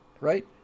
right